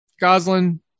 Goslin